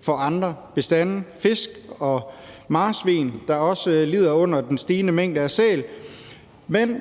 for andre bestande. Fisk og marsvin lider også under det stigende antal sæler. Men